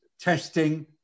testing